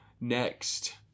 next